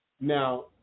Now